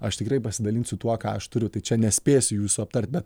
aš tikrai pasidalinsiu tuo ką aš turiu tai čia nespėsiu visų aptart bet